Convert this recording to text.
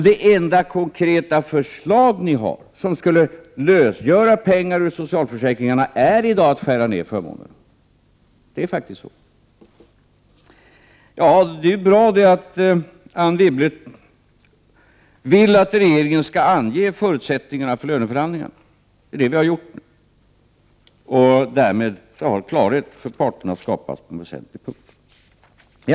Det enda konkreta förslag ni har, som skulle kunna lösgöra pengar ur socialförsäkringen, är i dag att skära ned förmånerna. Det är faktiskt så. Det är bra att Anne Wibble vill att regeringen skall ange förutsättningarna för löneförhandlingarna. Det är det vi har gjort nu, och därmed har klarhet för parterna skapats på en väsentlig punkt.